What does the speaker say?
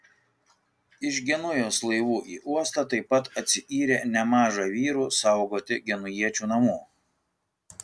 iš genujos laivų į uostą taip pat atsiyrė nemaža vyrų saugoti genujiečių namų